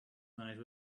night